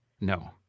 no